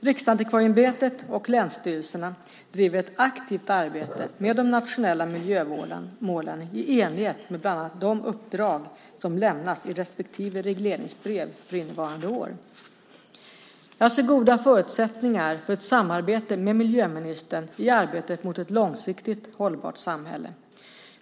Riksantikvarieämbetet och länsstyrelserna driver ett aktivt arbete med de nationella miljömålen i enlighet med bland annat de uppdrag som lämnats i respektive regleringsbrev för innevarande år. Jag ser goda förutsättningar för ett samarbete med miljöministern i arbetet mot ett långsiktigt hållbart samhälle.